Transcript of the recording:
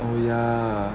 oh ya